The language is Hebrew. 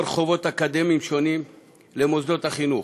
חובות אקדמיים שונים למוסדות החינוך.